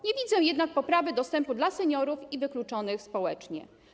Nie widzę jednak poprawy dostępu dla seniorów i wykluczonych społecznie.